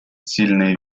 сильные